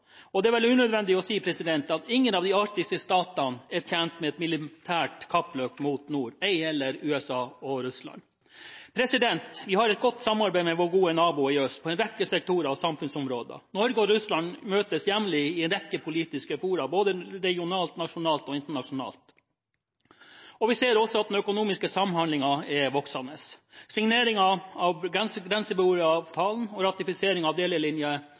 nordområdene. Det er vel unødvendig å si at ingen av de arktiske statene er tjent med et militært kappløp mot nord – ei heller USA og Russland. Vi har et godt samarbeid med vår gode nabo i øst på en rekke sektorer og samfunnsområder. Norge og Russland møtes jevnlig i en rekke politisk fora – både regionalt, nasjonalt og internasjonalt. Vi ser også at den økonomiske samhandlingen er voksende. Signeringen av grenseboeravtalen og ratifiseringen av